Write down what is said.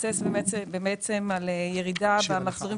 מבוסס על פגיעה בעסקים לפי הירידה שלהם במחזורים